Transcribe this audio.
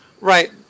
Right